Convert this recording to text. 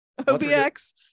OBX